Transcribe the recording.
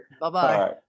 Bye-bye